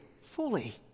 fully